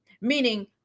Meaning